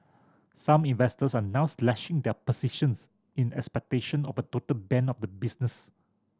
some investors are now slashing their positions in expectation of a total ban of the business